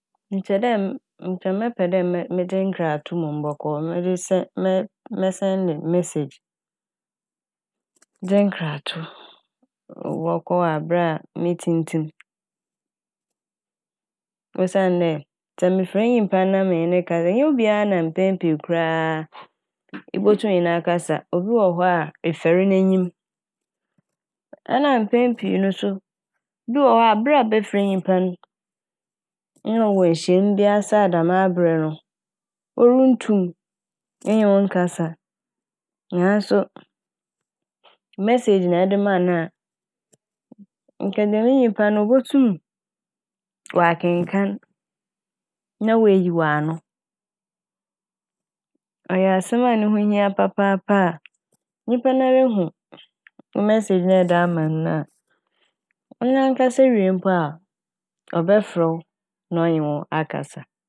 Nkyɛ dɛ - nka mɛpɛ dɛ me -medze nkrato mom bɔkɔ mede sɛ- mɛ- mɛsɛɛnde "message" de nkrato bɔkɔ aber a metsintsim osiandɛ sɛ mefrɛ nyimpa na menye no kasa nnyɛ obia na mpɛn pii koraa ibotum nye no akasa. Obi wɔ hɔ a efɛr n'enyim, ɛna mpɛn pii no so bi wɔ hɔ ber a ebɛfrɛ nyimpa n' na ɔwɔ ehyiam bi ase a dɛm aber no orunntum nnye wo nkasa naaso "message" na ede maa no a nka dɛm nyimpa no obotum ɔakenkaan na oeyi w'ano. Ɔyɛ asɛm a no ho hia papaapa a nyimpa nara hu wo "message" na ɛde ama no na a nara ankasa wie mpo a ɔbɛfrɛ wo na ɔnye wo akasa.